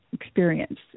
experience